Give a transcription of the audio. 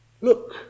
Look